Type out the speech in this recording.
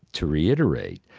to reiterate,